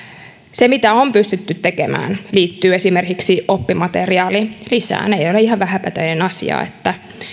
se mitä on pystytty tekemään liittyy esimerkiksi oppimateriaalilisään ei ole ihan vähäpätöinen asia että